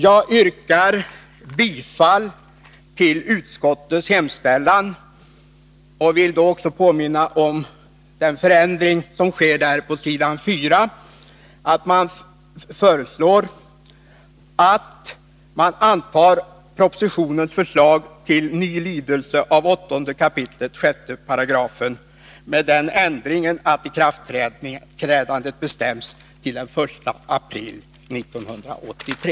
Jag yrkar bifall till utskottets hemställan som innebär bifall till propositionens förslag med den ändringen att ikraftträdandet för den nya lydelsen av 8 kap. 6 § rättegångsbalken bestäms till den 1 april 1983.